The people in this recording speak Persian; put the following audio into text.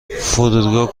فرودگاه